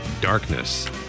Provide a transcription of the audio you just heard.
darkness